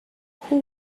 who